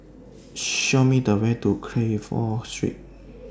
Show Me The Way to Crawford Street